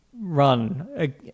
run